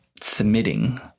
submitting